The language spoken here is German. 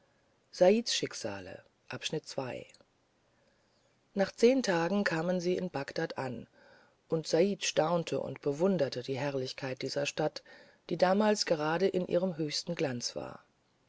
nach zehen tagen kamen sie in bagdad an und said staunte und bewunderte die herrlichkeit dieser stadt die damals gerade in ihrem höchsten glanz war